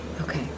Okay